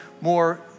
more